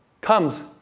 comes